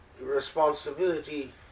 responsibility